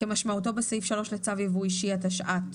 כמשמעותו בסעיף 3 לצו ייבוא אישי, התשע"ט,